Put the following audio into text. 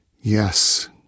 Yes